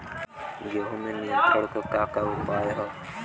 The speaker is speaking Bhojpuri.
गेहूँ में कीट नियंत्रण क का का उपाय ह?